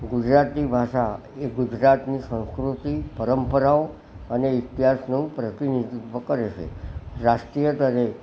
ગુજરાતી ભાષા એ ગુજરાતની સાંસ્કૃતિક પરંપરાઓ અને ઇતિહાસનું પ્રતિનિધિત્વ કરે છે રાષ્ટ્રીય સ્તરે